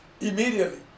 immediately